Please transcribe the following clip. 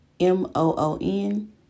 M-O-O-N